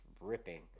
ripping